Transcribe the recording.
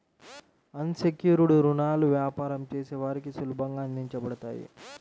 అన్ secured రుణాలు వ్యాపారం చేసే వారికి సులభంగా అందించబడతాయి